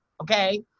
okay